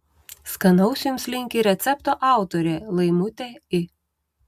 skanaus jums linki recepto autorė laimutė i